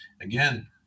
Again